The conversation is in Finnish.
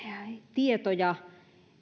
tietoja